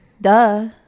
Duh